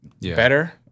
better